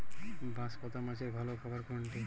বাঁশপাতা মাছের ভালো খাবার কোনটি?